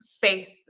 faith